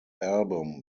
album